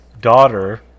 daughter